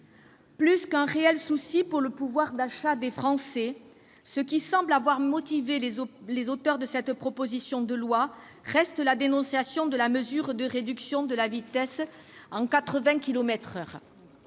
Plus qu'un réel souci pour le pouvoir d'achat des Français, ce qui semble avoir motivé les auteurs de ce texte reste la dénonciation de la réduction de la vitesse à 80 kilomètres